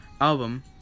album